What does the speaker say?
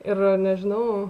ir nežinau